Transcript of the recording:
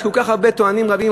יש כל כך הרבה טוענים רבניים,